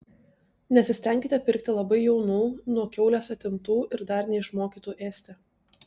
nesistenkite pirkti labai jaunų nuo kiaulės atimtų ir dar neišmokytų ėsti